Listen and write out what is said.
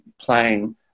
playing